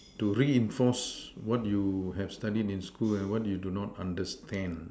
to reinforce what you have studied in school and what you do not understand